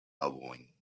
elbowing